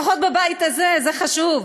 לפחות בבית הזה, זה חשוב.